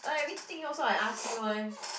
everything also I ask you [one]